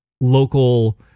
Local